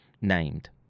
named